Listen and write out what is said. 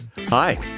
Hi